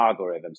algorithms